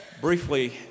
briefly